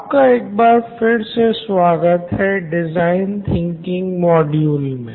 आपका एक बार फिर से स्वागत है डिज़ाइन थिंकिंग मॉड्यूल मे